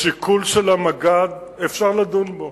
השיקול של המג"ד, אפשר לדון בו.